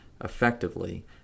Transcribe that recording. effectively